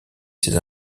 ses